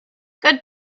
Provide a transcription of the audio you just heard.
good